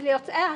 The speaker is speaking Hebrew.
ליוצאי השואה.